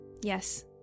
Yes